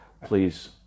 please